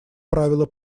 правила